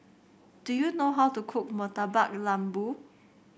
do you know how to cook Murtabak Lembu